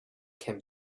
can